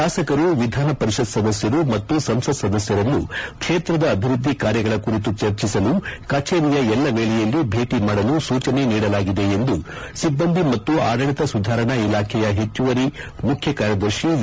ಶಾಸಕರು ವಿಧಾನ ಪರಿಷತ್ ಸದಸ್ಯರು ಮತ್ತು ಸಂಸತ್ ಸದಸ್ಕರನ್ನು ಕ್ಷೇತ್ರದ ಅಭಿವೃದ್ದಿ ಕಾರ್ಯಗಳ ಕುರಿತು ಚರ್ಚಿಸಲು ಕಚೇರಿಯ ಎಲ್ಲಾ ವೇಳೆಯಲ್ಲಿ ಬೇಟ ಮಾಡಲು ಸೂಚನೆ ನೀಡಲಾಗಿದೆ ಎಂದು ಸಿಬ್ಬಂದಿ ಮತ್ತು ಆಡಳಿತ ಸುಧಾರಣಾ ಇಲಾಖೆಯ ಪೆಚ್ಚುವರಿ ಮುಖ್ಯ ಕಾರ್ಯದರ್ಶಿ ಎ